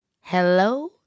Hello